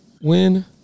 Win